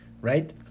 right